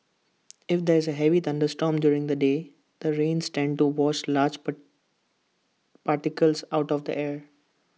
if there's A heavy thunderstorm during the day the rains tends to wash large particles out of the air